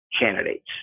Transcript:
candidates